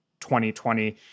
2020